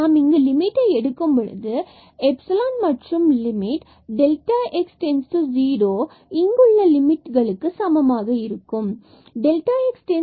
நாம் இங்கு லிமிட்டை எடுக்கும்பொழுது மற்றும் லிமிட் x→0 இங்குள்ள லிமிட்டுக்கு சமமாக இருக்கும் x→0 மற்றும் fx L